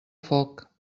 foc